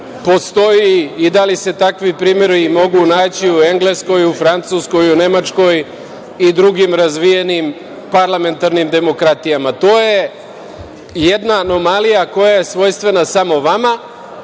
postoji i da li se takvi primeri mogu naći u Engleskoj, u Francuskoj, u Nemačkoj i drugim razvijenim parlamentarnim demokratijama? To je jedna anomalija koja je svojstvena samo vama.